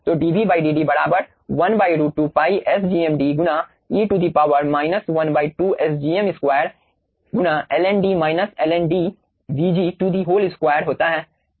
तो DV dd बराबर 1√2π Sgmd गुना e to the power 1 2Sgm2 2 होता है